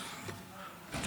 בבקשה.